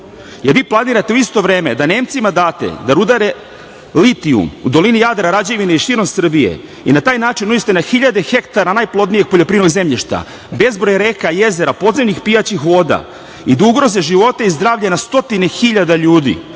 jer vi planirate u isto vreme da Nemcima date da rudare litijum u dolini Jadra, Rađevini i širom Srbije i na taj način uništite na hiljade hektara najplodnijeg poljoprivrednog zemljišta, bezbroj reka, jezera, podzemnih pijaćih voda i da ugroze živote i zdravlje na stotine hiljada ljudi.